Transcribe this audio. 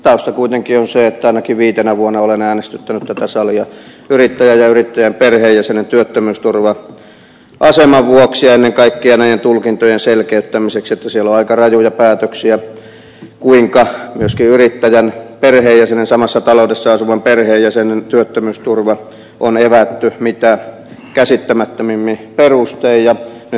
tausta kuitenkin on se että ainakin viitenä vuonna olen äänestyttänyt tätä salia yrittäjän ja yrittäjän perheenjäsenen työttömyysturva aseman vuoksi ja ennen kaikkea niiden tulkintojen selkeyttämiseksi että siellä on aika rajuja päätöksiä siitä kuinka myöskin yrittäjän samassa taloudessa asuvan perheenjäsenen työttömyysturva on evätty mitä käsittämättömimmin perustein